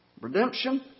Redemption